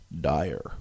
dire